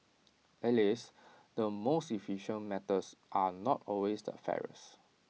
alas the most efficient methods are not always the fairest